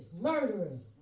murderers